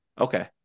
Okay